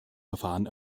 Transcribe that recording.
verfahren